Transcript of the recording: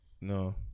No